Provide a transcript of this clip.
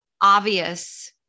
obvious